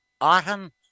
autumn